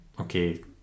okay